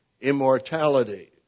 immortality